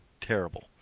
terrible